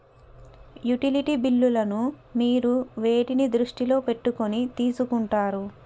Utility బిల్లులను మీరు వేటిని దృష్టిలో పెట్టుకొని తీసుకుంటారు?